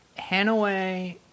Hannaway